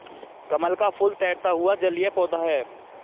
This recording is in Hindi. कमल का फूल तैरता हुआ जलीय पौधा है